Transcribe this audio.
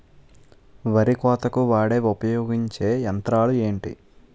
వరి కోతకు వాడే ఉపయోగించే యంత్రాలు ఏంటి?